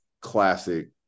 classic